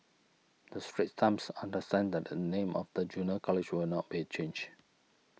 the Straits Times understands that the name of the Junior College will not be changed